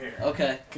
Okay